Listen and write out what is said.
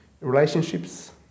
relationships